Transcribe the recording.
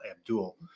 Abdul